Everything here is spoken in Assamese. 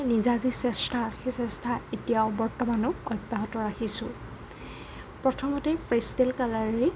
নিজা যি চেষ্টা সেই চেষ্টা এতিয়াও বৰ্তমানো অব্যাহত ৰাখিছোঁ প্ৰথমতেই পেষ্টেল কালাৰেৰেই